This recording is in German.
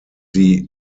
sie